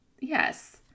yes